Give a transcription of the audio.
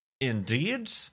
Indeed